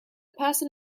person